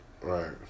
Right